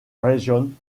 region